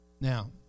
Now